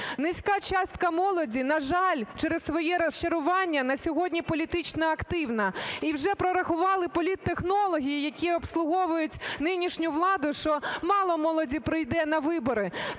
Низька частка молоді, на жаль, через своє розчарування на сьогодні політично активна. І вже прорахували політтехнологи, які обслуговують нинішню владу, що мало молоді прийде на вибори.